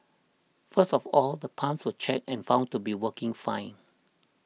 first of all the pumps were checked and found to be working fine